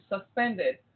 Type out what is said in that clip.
suspended